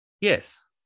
yes